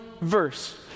verse